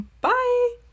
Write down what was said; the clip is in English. Bye